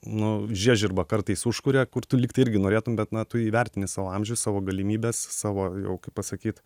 nu žiežirbą kartais užkuria kur tu lyg tai irgi norėtum bet na tu įvertini savo amžių savo galimybes savo jau kaip pasakyt